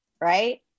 right